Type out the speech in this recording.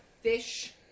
fish